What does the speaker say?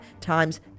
times